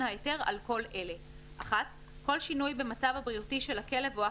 ההיתר על כל אלה: (1)כל שינוי במצב הבריאותי של הכלב או החתול,